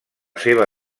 seva